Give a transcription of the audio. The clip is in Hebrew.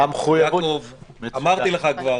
יעקב, אמרתי לך כבר,